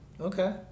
okay